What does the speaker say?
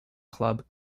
club